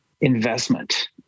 investment